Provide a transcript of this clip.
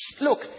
look